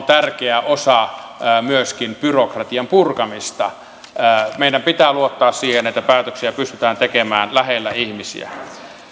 tärkeä osa myöskin byrokratian purkamista meidän pitää luottaa siihen että päätöksiä pystytään tekemään lähellä ihmisiä